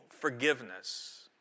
Forgiveness